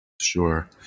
Sure